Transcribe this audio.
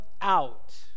out